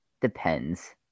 depends